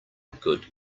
good